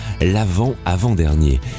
l'avant-avant-dernier